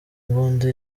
mbunda